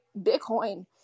Bitcoin